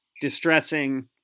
distressing